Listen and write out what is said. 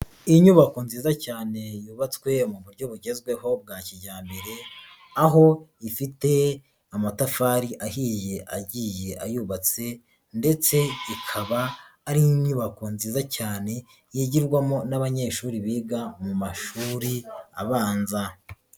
Iyi nyubako nziza cyane yubatswe mu buryo bugezweho bwa kijyambere, aho ifite amatafari ahiye agiye ayubatse ndetse ikaba ari inyubako nziza cyane yigirwamo n'abanyeshuri biga mu mashuri abanza.